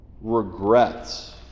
regrets